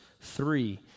three